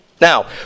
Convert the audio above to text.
Now